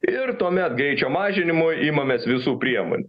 ir tuomet greičio mažinimo imamės visų priemonių